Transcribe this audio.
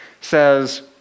says